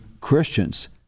Christians